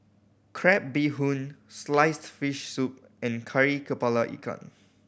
crab bee hoon sliced fish soup and Kari Kepala Ikan